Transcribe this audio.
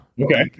Okay